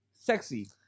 sexy